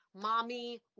mommy